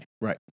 Right